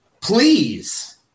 Please